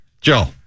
Joe